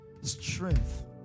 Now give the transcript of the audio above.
strength